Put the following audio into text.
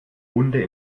hunde